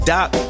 Doc